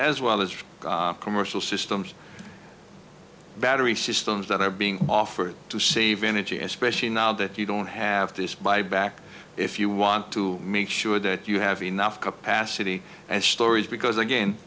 as well as commercial systems battery systems that are being offered to save energy especially now that you don't have this buy back if you want to make sure that you have enough capacity and stories because again